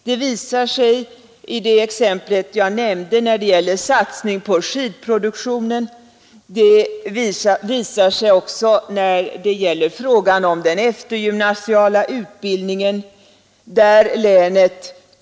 Det visar sig när det gäller satsningen på skidproduktionen, och det visar sig också när det gäller den eftergymnasiala utbildningen.